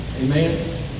Amen